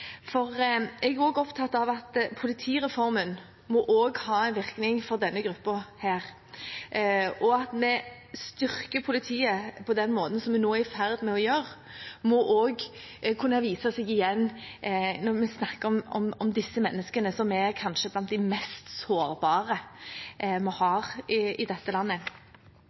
Jeg er opptatt av at politireformen skal ha en virkning også for denne gruppen. At vi styrker politiet på den måten som vi nå er i ferd med å gjøre, må kunne ses igjen også når vi snakker om disse menneskene, som kanskje er blant de mest sårbare vi har i dette landet.